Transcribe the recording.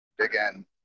again